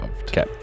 Okay